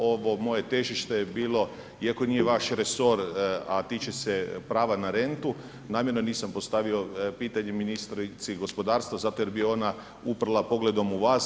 Ovo moje težište je bilo iako nije vaš resor, a tiče se prava na rentu, namjerno nisam postavio pitanje ministrici gospodarstva, zato jer bi ona uprela pogledom u vas.